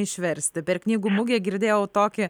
išversti per knygų mugę girdėjau tokį